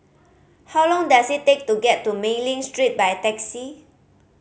how long does it take to get to Mei Ling Street by taxi